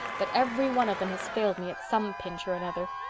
but every one of them has failed me at some pinch or another.